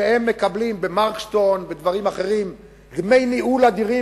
שמקבלים ב"מרקסטון" ובדברים אחרים דמי ניהול אדירים,